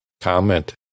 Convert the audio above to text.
comment